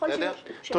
ככל שיהיו שאלות, בבקשה.